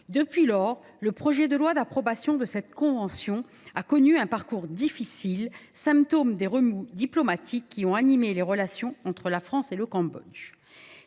Depuis lors, le projet de loi d’approbation de ladite convention a connu un parcours difficile, symptôme des remous diplomatiques qui ont animé les relations entre la France et le Cambodge.